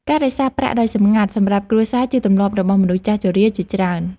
ការរក្សាប្រាក់ដោយសម្ងាត់សម្រាប់គ្រួសារជាទម្លាប់របស់មនុស្សចាស់ជរាជាច្រើន។